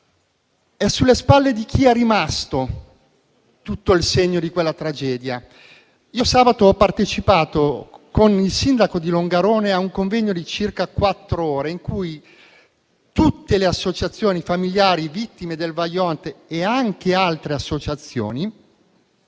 È sulle spalle di chi è rimasto tutto il segno di quella tragedia. Sabato ho partecipato con il sindaco di Longarone a un convegno di circa quattro ore, in cui associazioni familiari vittime del Vajont ed altre associazioni